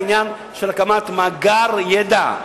העניין של הקמת מאגר ידע,